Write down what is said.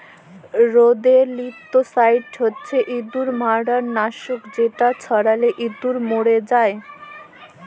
rodenticide হছে ইঁদুর মারার লাসক যেট ছড়ালে ইঁদুর মইরে যায়